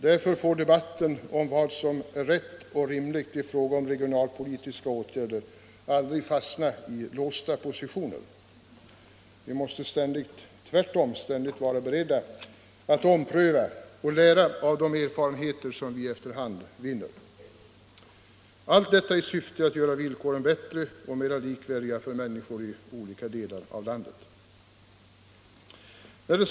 Därför får debatten om vad som är rätt och rimligt i fråga om regionalpolitiska åtgärder aldrig fastna i låsta positioner. Vi måste tvärtom ständigt vara beredda att ompröva och lära av de erfarenheter som vi efter hand vinner — allt detta i syfte att göra villkoren bättre och mer likvärdiga för människorna i olika delar av landet.